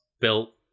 built